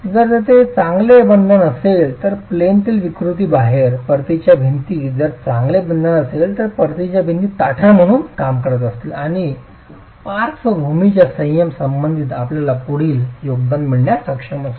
जर तेथे चांगले बंधन असेल तर प्लेनतील विकृती बाहेर परतीच्या भिंती जर चांगले बंधन असेल तर परतीच्या भिंती ताठर म्हणून काम करत असतील आणि पार्श्वभूमीच्या संयम संबंधित आपल्याला पुढील योगदान मिळण्यास सक्षम असेल